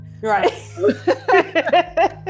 Right